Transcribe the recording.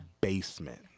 Basement